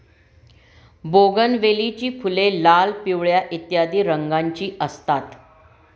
बोगनवेलीची फुले लाल, पिवळ्या इत्यादी रंगांची असतात